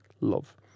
love